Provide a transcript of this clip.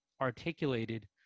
articulated